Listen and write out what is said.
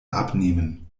abnehmen